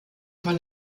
von